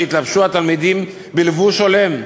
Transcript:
שיתלבשו התלמידים בלבוש הולם.